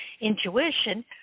intuition